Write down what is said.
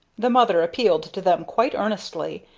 the mother appealed to them quite earnestly,